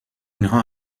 اینها